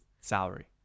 salary